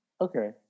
Okay